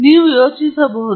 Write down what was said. ನೀವು ಯೋಚಿಸಬಹುದು